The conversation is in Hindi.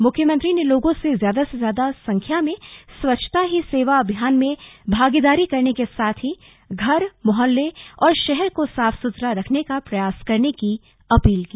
मुख्यमंत्री ने लोगों से ज्यादा से ज्यादा संख्या में स्वच्छता ही सेवा अभियान में भागीदारी करने के साथ ही घर मोहल्ले और शहर को साफ सुथरा रखने का प्रयास करने की अपील की